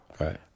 right